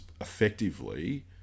effectively